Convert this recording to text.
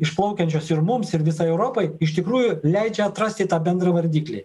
išplaukiančios ir mums ir visai europai iš tikrųjų leidžia atrasti tą bendrą vardiklį